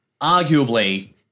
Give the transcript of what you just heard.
Arguably